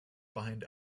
behind